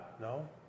No